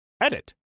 Edit